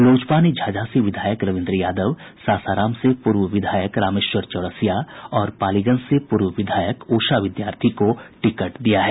लोजपा ने झाझा से विधायक रवीन्द्र यादव सासाराम से पूर्व विधायक रामेश्वर चौरसिया और पालीगंज से पूर्व विधायक उषा विद्यार्थी को टिकट दिया है